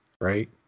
right